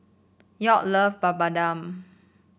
York love Papadum